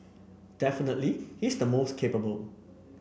definitely he's the most capable